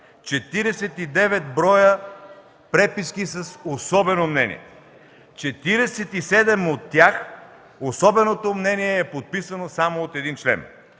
49 броя преписки са с особено мнение. В 47 от тях особеното мнение е подписано само от един член.